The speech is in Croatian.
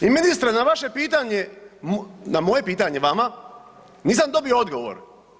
I ministre na vaše pitanje, na moje pitanje vama nisam dobio odgovor.